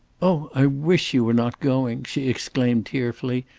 oh, i wish you were not going! she exclaimed tearfully.